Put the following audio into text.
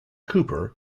cooper